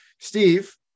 Steve